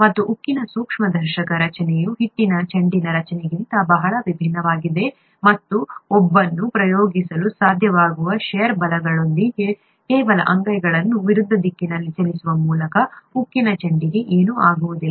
ಮತ್ತು ಉಕ್ಕಿನ ಸೂಕ್ಷ್ಮದರ್ಶಕ ರಚನೆಯು ಹಿಟ್ಟಿನ ಚೆಂಡಿನ ರಚನೆಗಿಂತ ಬಹಳ ಭಿನ್ನವಾಗಿದೆ ಮತ್ತು ಒಬ್ಬನು ಪ್ರಯೋಗಿಸಲು ಸಾಧ್ಯವಾಗುವ ಷೇರ್ ಬಲಗಳೊಂದಿಗೆ ಕೇವಲ ಅಂಗೈಗಳನ್ನು ವಿರುದ್ಧ ದಿಕ್ಕಿನಲ್ಲಿ ಚಲಿಸುವ ಮೂಲಕ ಉಕ್ಕಿನ ಚೆಂಡಿಗೆ ಏನೂ ಆಗುವುದಿಲ್ಲ